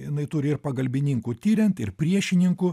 jinai turi ir pagalbininkų tiriant ir priešininkų